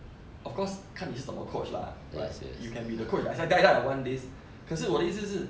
of course 看你是则么 coach lah but you can be the coach I say die die I want this 可是我的意思是